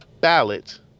ballot